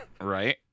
Right